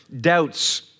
doubts